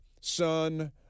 son